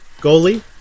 goalie